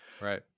Right